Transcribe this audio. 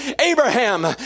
Abraham